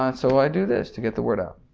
um so i do this to get the word out.